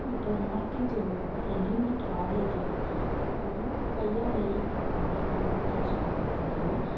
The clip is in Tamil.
இப்போது மார்க்கெட்டில் உள்ள ரெடிமேட் ஆடைகள் கையால் நெய்யப்பட்ட ஆடைகள் வித்தியாசம் பார்த்தீங்கன்னா